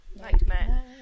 Nightmare